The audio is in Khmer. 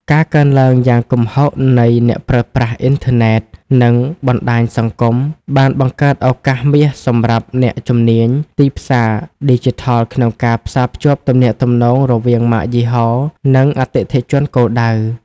រកើនឡើងយ៉ាងគំហុគនៃអ្នកប្រើប្រាស់អ៊ីនធឺណិត និងបណ្តាញសង្គមបានបង្កើតឱកាសមាសសម្រាប់អ្នកជំនាញទីផ្សារឌីជីថលក្នុងការផ្សារភ្ជាប់ទំនាក់ទំនងរវាងម៉ាកយីហោ និងអតិថិជនគោលដៅ។